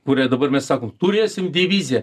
kurie dabar mes sakom turėsim diviziją